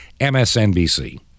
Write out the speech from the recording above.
MSNBC